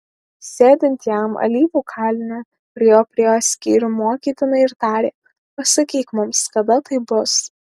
sėdint jam alyvų kalne prie jo priėjo skyrium mokytiniai ir tarė pasakyk mums kada tai bus